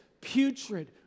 putrid